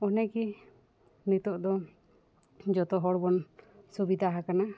ᱚᱸᱰᱮᱜᱮ ᱱᱤᱛᱳᱜ ᱫᱚ ᱡᱚᱛᱚ ᱦᱚᱲ ᱵᱚᱱ ᱥᱩᱵᱤᱫᱷᱟ ᱟᱠᱟᱱᱟ